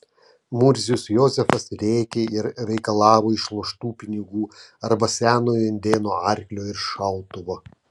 murzius jozefas rėkė ir reikalavo išloštų pinigų arba senojo indėno arklio ir šautuvo